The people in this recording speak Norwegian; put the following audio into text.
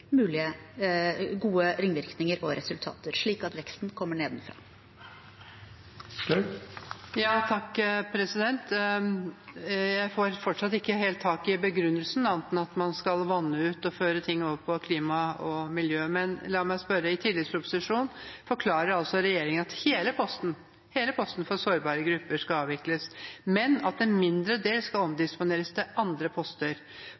mulige gode ringvirkninger og resultater, slik at veksten kommer nedenfra. Jeg får fortsatt ikke helt tak i begrunnelsen, annet enn at man skal vanne ut og føre ting over på klima og miljø. La meg spørre: I tilleggsproposisjonen forklarer regjeringen at hele posten for sårbare grupper skal avvikles, men at en mindre del skal omdisponeres til andre poster